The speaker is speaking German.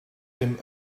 dem